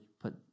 put